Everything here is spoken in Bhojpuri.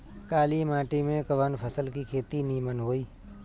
काली माटी में कवन फसल के खेती नीमन होई?